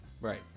Right